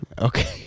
Okay